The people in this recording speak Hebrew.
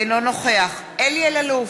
אינו נוכח אלי אלאלוף,